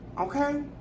okay